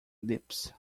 lips